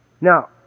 Now